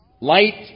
light